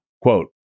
Quote